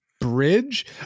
bridge